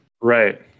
right